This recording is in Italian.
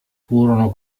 furono